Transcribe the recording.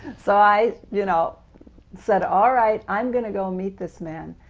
so i you know said, alright, i'm going to go meet this man.